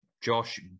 Josh